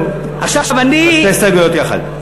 אז שתי ההסתייגויות יחד.